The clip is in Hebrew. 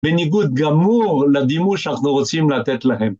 בניגוד גמור לדימוי שאנחנו רוצים לתת להם.